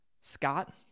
Scott